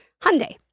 Hyundai